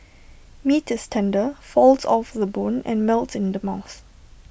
meat is tender falls off the bone and melts in the mouth